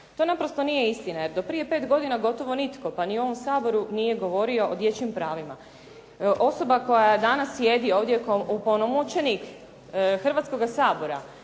To naprosto nije istina jer do prije 5 godina gotovo nitko, pa ni u ovom Saboru nije govorio o dječjim pravima. Osoba koja danas sjedi ovdje kao opunomoćenik Hrvatskoga sabora